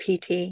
PT